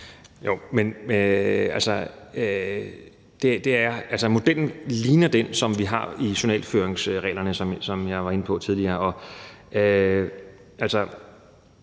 Altså, modellen ligner den, som vi har i journalføringsreglerne, som jeg var inde på tidligere.